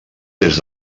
des